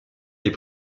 les